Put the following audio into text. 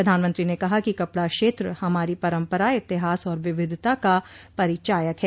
प्रधानमंत्री ने कहा कि कपड़ा क्षेत्र हमारी परंपरा इतिहास और विविधता का परिचायक है